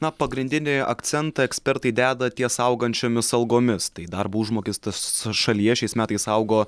na pagrindinį akcentą ekspertai deda ties augančiomis algomis tai darbo užmokestis šalyje šiais metais augo